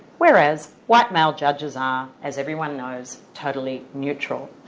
whereas white male judges are, as everyone knows, totally neutral.